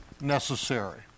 necessary